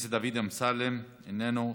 הכנסת דוד אמסלם, איננו,